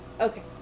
Okay